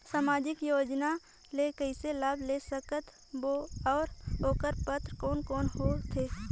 समाजिक योजना ले कइसे लाभ ले सकत बो और ओकर पात्र कोन कोन हो थे?